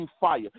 fire